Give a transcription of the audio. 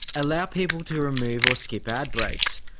allow people to remove or skip ad breaks,